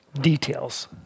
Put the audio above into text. details